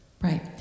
Right